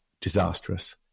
disastrous